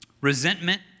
resentment